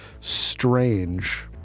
strange